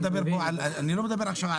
אני לא מדבר עכשיו,